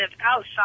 outside